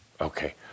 Okay